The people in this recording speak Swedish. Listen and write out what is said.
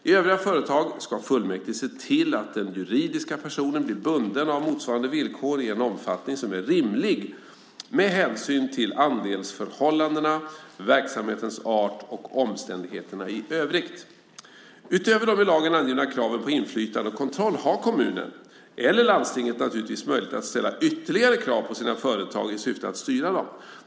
I övriga företag ska fullmäktige se till att den juridiska personen blir bunden av motsvarande villkor i en omfattning som är rimlig med hänsyn till andelsförhållandena, verksamhetens art och omständigheterna i övrigt. Utöver de i lagen angivna kraven på inflytande och kontroll har kommunen eller landstinget naturligtvis möjlighet att ställa ytterligare krav på sina företag i syfte att styra dem.